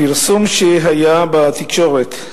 הפרסום שהיה בתקשורת,